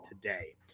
today